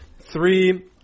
three